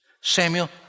Samuel